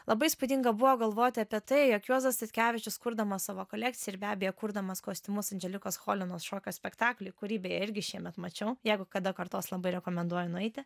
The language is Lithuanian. labai įspūdinga buvo galvoti apie tai jog juozas statkevičius kurdamas savo kolekciją ir be abejo kurdamas kostiumus andželikos cholinos šokio spektaklį kurį beje irgi šiemet mačiau jeigu kada kartos labai rekomenduoju nueiti